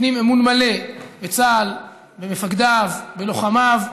נותנים אמון מלא בצה"ל, במפקדיו, בלוחמיו.